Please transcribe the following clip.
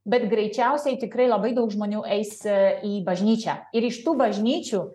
bet greičiausiai tikrai labai daug žmonių eisi į bažnyčią ir iš tų bažnyčių